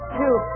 two